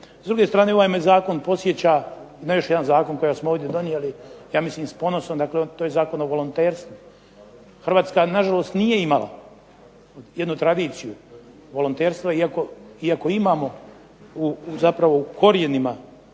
S druge strane ovaj me zakon podsjeća na još jedan zakon kojega smo ovdje donijeli, ja mislim s ponosom, dakle to je Zakon o volonterstvu. Hrvatska na žalost nije imala jednu tradiciju volonterstva, iako imamo u, zapravo u korijenima,